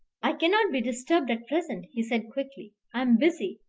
i cannot be disturbed at present, he said quickly i am busy.